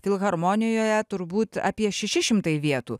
filharmonijoje turbūt apie šeši šimtai vietų